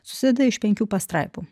susideda iš penkių pastraipų